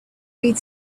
read